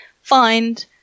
find